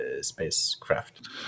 spacecraft